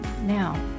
Now